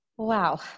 Wow